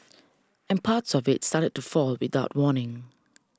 and parts of it started to fall off without warning